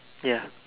ya